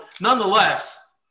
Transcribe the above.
nonetheless